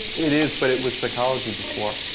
it is, but it was psychology before.